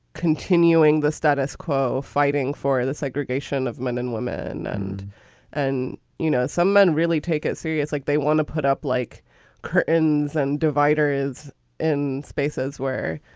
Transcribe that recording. continuing the status quo, fighting for the segregation of men and women. and and, you know, some men really take it serious, like they want to put up like curtains and dividers in spaces where,